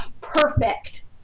Perfect